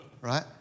Right